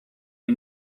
and